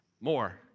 more